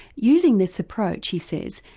using this approach, he says,